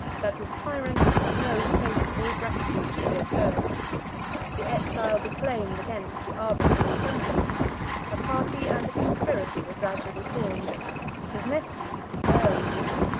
that with tyrants no faith or gratitude should be observed the exile declaimed against the arbitrary sentence a party and a conspiracy were gradually formed his nephew, a daring youth,